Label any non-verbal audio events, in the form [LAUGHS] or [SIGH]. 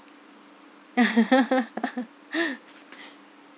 [LAUGHS]